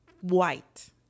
white